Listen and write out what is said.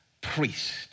priest